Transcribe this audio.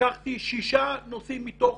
לקחתי שישה נושאים מתוך